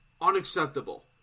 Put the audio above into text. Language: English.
Unacceptable